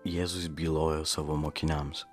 jėzus bylojo savo mokiniams